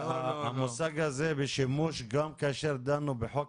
המושג הזה בשימוש גם כאשר דנו בחוק